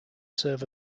serve